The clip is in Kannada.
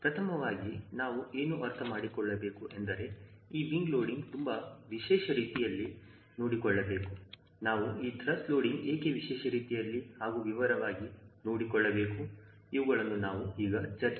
ಪ್ರಪ್ರಥಮವಾಗಿ ನಾವು ಏನು ಅರ್ಥ ಮಾಡಿಕೊಳ್ಳಬೇಕು ಎಂದರು ಈ ವಿಂಗ್ ಲೋಡಿಂಗ್ ತುಂಬಾ ವಿಶೇಷ ರೀತಿಯಲ್ಲಿ ನೋಡಿಕೊಳ್ಳಬೇಕು ನಾವು ಈ ತ್ರಸ್ಟ್ ಲೋಡಿಂಗ್ ಏಕೆ ವಿಶೇಷ ರೀತಿಯಲ್ಲಿ ಹಾಗೂ ವಿವರವಾಗಿ ನೋಡಿಕೊಳ್ಳಬೇಕು ಇವುಗಳನ್ನು ನಾವು ಈಗ ಚರ್ಚಿಸೋಣ